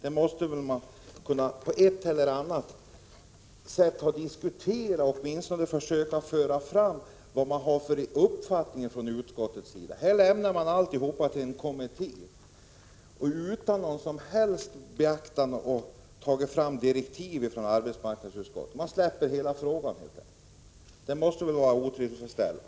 Utskottet måste väl kunna diskutera den frågan och framföra sin uppfattning. I stället överlåter arbetsmarknadsutskottet alltihop åt en kommitté utan att ens ange några riktlinjer. Man släpper helt enkelt hela frågan. Det måste väl vara otillfredsställande.